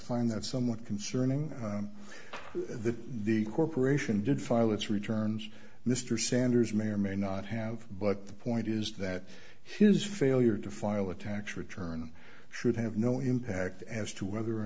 find that somewhat concerning the the corporation did file its returns mr sanders may or may not have but the point is that his failure to file a tax return should have no impact as to whether or